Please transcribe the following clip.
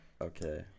Okay